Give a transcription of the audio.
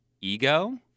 ego